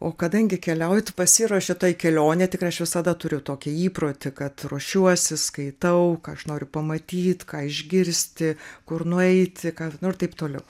o kadangi keliauji tu pasiruoši tai kelionei tikrai aš visada turiu tokį įprotį kad ruošiuosi skaitau ką aš noriu pamatyt ką išgirsti kur nueiti ką nu ir taip toliau